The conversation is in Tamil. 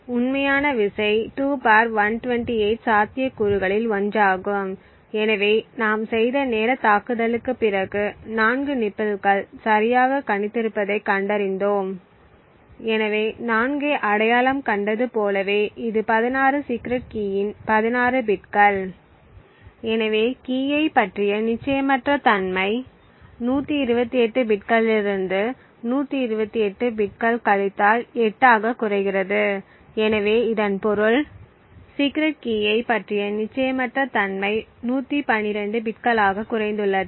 உண்மையான விசை 2 128 சாத்தியக்கூறுகளில் ஒன்றாகும் எனவே நாம் செய்த நேரத் தாக்குதலுக்குப் பிறகு 4 நிபில்கள் சரியாகக் கணித்திருப்பதைக் கண்டறிந்தோம் எனவே 4 ஐ அடையாளம் கண்டது போலவே இது 16 சீக்ரெட் கீயின் 16 பிட்கள் எனவே கீயைப் பற்றிய நிச்சயமற்ற தன்மை 128 பிட்களிலிருந்து 128 பிட்கள் கழித்தல் 8 ஆகக் குறைகிறது எனவே இதன் பொருள் சீக்ரெட் கீயைப் பற்றிய நிச்சயமற்ற தன்மை 112 பிட்களாகக் குறைந்துள்ளது